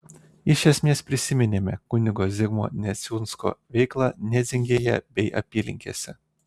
iš esmės prisiminėme kunigo zigmo neciunsko veiklą nedzingėje bei apylinkėse